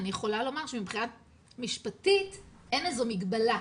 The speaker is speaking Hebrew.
אני יכולה לומר שמבחינה משפטית אין איזו מגבלה,